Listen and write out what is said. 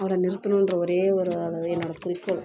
அவளை நிறுத்தணுன்ற ஒரே ஒரு என்னோடய குறிக்கோள்